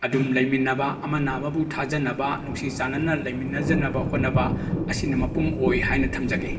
ꯑꯗꯨꯝ ꯂꯩꯃꯤꯟꯅꯕ ꯑꯃꯅ ꯑꯃꯕꯨ ꯊꯥꯖꯅꯕ ꯅꯨꯡꯁꯤ ꯆꯥꯟꯅꯅ ꯂꯩꯃꯤꯟꯅꯖꯅꯕ ꯍꯣꯠꯅꯕ ꯑꯁꯤꯅ ꯃꯄꯨꯡ ꯑꯣꯏ ꯍꯥꯏꯅ ꯊꯝꯖꯒꯦ